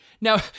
Now